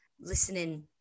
listening